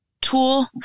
tool